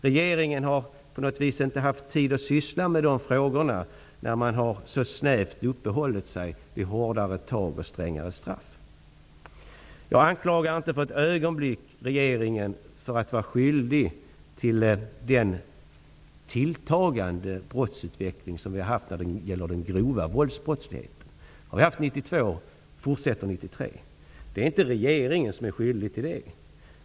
Regeringen har liksom inte haft tid att syssla med de frågorna, när man så snävt uppehållit sig vid hårdare tag och strängare straff. Jag anklagar inte för ett ögonblick regeringen för att vara skyldig till den tilltagande brottsutveckling som vi haft när det gäller den grova våldsbrottsligheten. Den utvecklingen har vi haft 1992, och den fortsätter nu 1993. Det är inte regeringen som är skyldig till det.